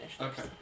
Okay